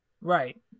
Right